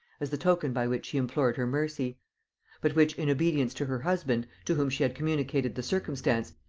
as the token by which he implored her mercy but which, in obedience to her husband, to whom she had communicated the circumstance,